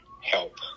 help